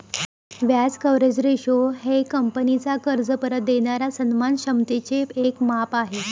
व्याज coverage ratio हे कंपनीचा कर्ज परत देणाऱ्या सन्मान क्षमतेचे एक माप आहे